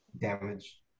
Damage